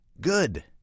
good